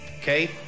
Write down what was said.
okay